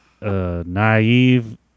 naive